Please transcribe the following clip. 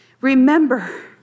Remember